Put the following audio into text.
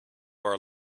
are